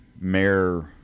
Mayor